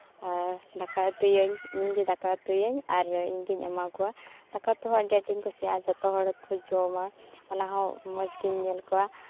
ᱟᱨ ᱫᱟᱠᱟ ᱩᱛᱩᱭᱟᱹᱧ ᱤᱧᱜᱮ ᱫᱟᱠᱟ ᱩᱛᱩᱭᱟᱹᱧ ᱟᱨ ᱤᱧᱜᱮ ᱮᱢᱟ ᱠᱚᱣᱟ ᱫᱟᱠᱟ ᱩᱛᱩ ᱦᱚᱸ ᱟᱹᱰᱤ ᱟᱸᱴᱤᱧ ᱠᱩᱥᱤᱭᱟᱜᱼᱟ ᱡᱚᱛᱚ ᱦᱚᱲ ᱠᱚ ᱡᱚᱢᱟ ᱚᱱᱟᱦᱚᱸ ᱢᱚᱡᱽ ᱜᱤᱧ ᱧᱮᱞ ᱠᱚᱣᱟ